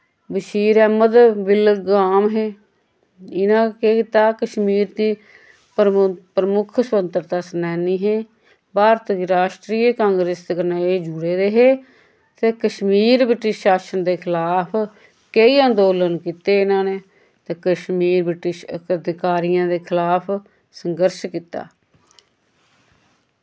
बशीर ऐहमद बिलगाम हे इनां केह् कीता हा कश्मीर दी प्रमु प्रमुक्ख स्वतंत्रता सैनानी हे भारत गी राश्ट्रीय कांग्रेस कन्नै एह् जुड़े दे हे ते कश्मीर ब्रिटिश शाशन दे खलाफ केई अंदोलन कीते इना नै ते कश्मीर ब्रिटिश अधिकारियां दे खिलाफ संगर्श कीता